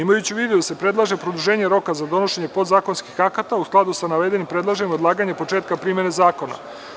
Imajući u vidu da se predlaže produženje roka za donošenje podzakonskih akata u skladu sa navedenim predloženim odlaganjem početka primene zakona.